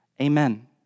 Amen